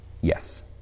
yes